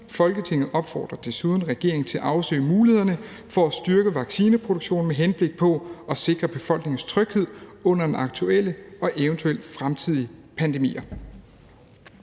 Folketinget opfordrer desuden regeringen til at afsøge mulighederne for at styrke vaccineproduktionen med henblik på at sikre befolkningens tryghed under den aktuelle og eventuelle fremtidige pandemier.«